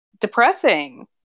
depressing